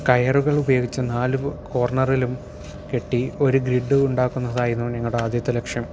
കയറുകൾ ഉപയോഗിച്ച് നാല് കോർണറിലും കെട്ടി ഒരു ഗ്രിഡ് ഉണ്ടാകുന്നതായിരുന്നു ഞങ്ങളുടെ ആദ്യത്തെ ലക്ഷ്യം